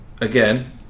Again